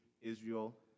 Israel